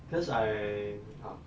because I ah